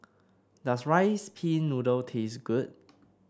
does rice pin noodle taste good